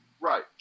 Right